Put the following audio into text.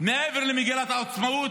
מעבר למגילת העצמאות,